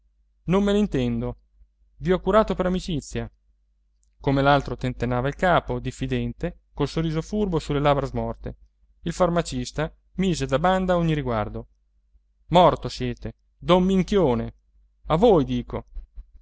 non me ne intendo i ho curato per amicizia come l'altro tentennava il capo diffidente col sorriso furbo sulle labbra smorte il farmacista mise da banda ogni riguardo morto siete don minchione a voi dico